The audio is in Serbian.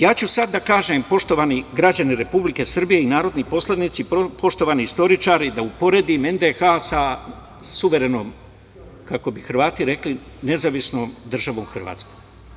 Ja ću sada da kažem, poštovani građani Republike Srbije i narodni poslanici, poštovani istoričari, da uporedim NDH sa suverenom, kako bi Hrvati rekli, Nezavisnom Državom Hrvatskom.